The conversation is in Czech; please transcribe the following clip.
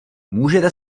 můžete